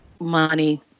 money